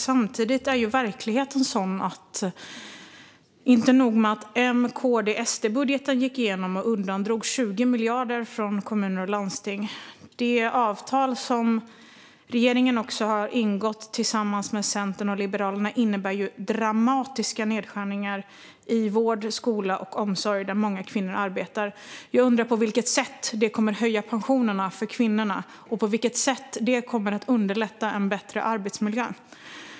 Samtidigt är ju verkligheten sådan att det inte var nog med att M-KD-SD-budgeten gick igenom och undandrog 20 miljarder från kommuner och landsting; det avtal som regeringen har ingått med Centern och Liberalerna innebär också dramatiska nedskärningar i vård, skola och omsorg, där många kvinnor arbetar. Jag undrar på vilket sätt detta kommer att höja pensionerna för kvinnorna och på vilket sätt det kommer att underlätta en bättre arbetsmiljö.